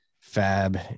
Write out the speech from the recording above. fab